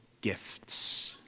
gifts